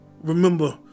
Remember